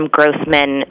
Grossman